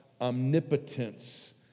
omnipotence